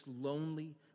lonely